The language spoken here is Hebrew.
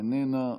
איננה,